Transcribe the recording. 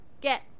get